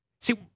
see